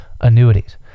annuities